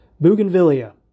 Bougainvillea